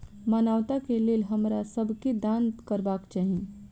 मानवता के लेल हमरा सब के दान करबाक चाही